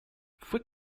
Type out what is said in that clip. fue